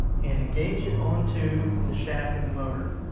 and engage it onto the shaft of the motor.